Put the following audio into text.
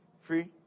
Free